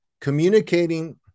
communicating